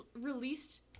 released